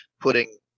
putting